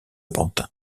pantin